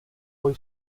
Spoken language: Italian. poi